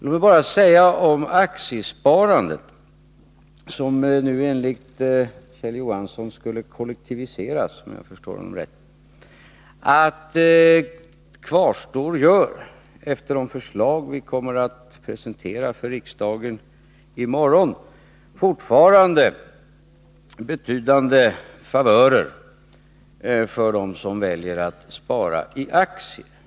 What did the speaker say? Låt mig bara säga om aktiesparandet, som nu enligt Kjell Johansson skulle kollektiviseras — om jag förstod honom rätt —, att det efter de förslag vi kommer att presentera för riksdagen i morgon fortfarande kvarstår betydande favörer för dem som väljer att köpa aktier.